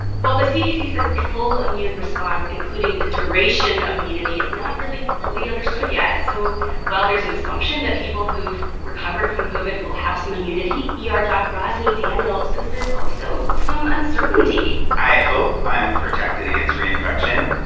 well, the cdc says the full immune response, including the duration of immunity, is not really fully understood yet. so while there's an assumption that people who've recovered from covid will have some immunity, yeah ah er doc rosny daniel says there's also some uncertainty i hope i am protected against reinfection,